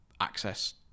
access